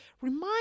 remind